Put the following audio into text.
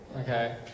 Okay